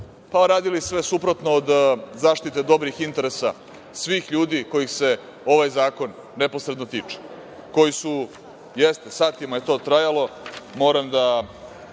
radili sve suprotno od zaštite dobrih interesa svih ljudi kojih se ovaj zakon neposredno tiče, koji su, jeste, satima je to trajalo, moram da